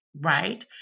right